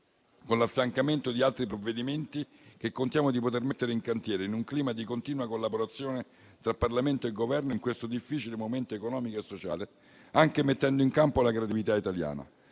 con l'affiancamento di altri provvedimenti che contiamo di poter mettere in cantiere, in un clima di continua collaborazione tra Parlamento e Governo, in questo difficile momento economico e sociale, anche mettendo in campo la creatività italiana.